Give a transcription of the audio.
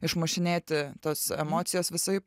išmušinėti tos emocijos visaip